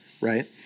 right